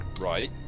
Right